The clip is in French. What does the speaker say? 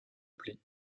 pli